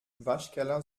waschkeller